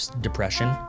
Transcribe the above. depression